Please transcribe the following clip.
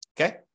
Okay